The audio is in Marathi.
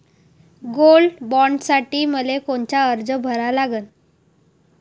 गोल्ड बॉण्डसाठी मले कोनचा अर्ज भरा लागन?